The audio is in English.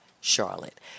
Charlotte